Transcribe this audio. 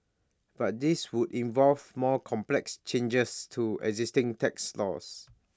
but this would involve more complex changes to existing tax laws